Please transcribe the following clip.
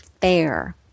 fair